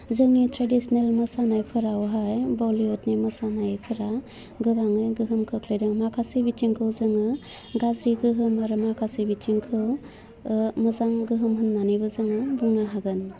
जोंनि ट्रेडिस्नेल मोसानायफोरावहाय बलीयुदनि मोसानायफ्रा गोबांनो गोहोम खोख्लैदों माखासे बिथिंखौ जोङो गाज्रिबो गोहोम आरो माखासे बिथिंखौ मोजां गोहोम होन्नानैबो जोङो बुंनो हागोन